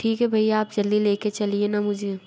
ठीक है भैया आप जल्दी ले के चलिए ना मुझे